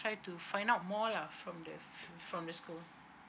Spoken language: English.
try to find out more lah from the from the school